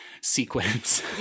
sequence